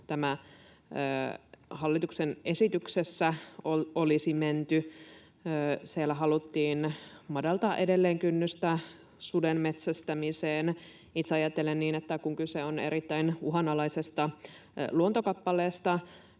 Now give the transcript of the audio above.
hallituksen esityksessä olisi menty. Siellä haluttiin madaltaa edelleen kynnystä suden metsästämiseen. Itse ajattelen niin, että kun kyse on erittäin uhanalaisesta luontokappaleesta,